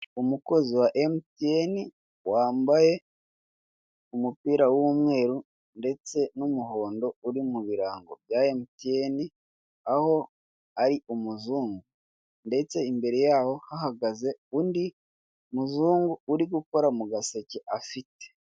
Umukozi wa MTN wambaye umupira w'umweru ndetse n'umuhondo uri mu birango bya MTN, aho ari umuzungu ndetse imbere yaho hahagaze undi muzungu uri gukora mu gaseke afite.